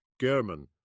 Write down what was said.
German